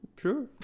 sure